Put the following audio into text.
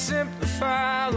simplify